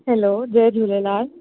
hello जय झूलेलाल